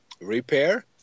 repair